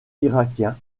irakien